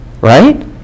Right